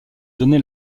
donné